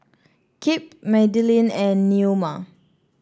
Kip Madelynn and Neoma